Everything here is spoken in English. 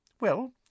Well